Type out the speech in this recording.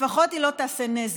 לפחות היא לא תעשה נזק.